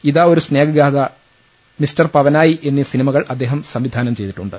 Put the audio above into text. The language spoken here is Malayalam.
ഇതാ ഒരു സ്നേഹഗാഥ മിസ്റ്റർ പവനായി എന്നീ സിനിമകൾ സംവിധാനം ചെയ്തിട്ടുണ്ട്